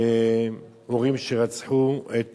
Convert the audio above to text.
הורים שרצחו את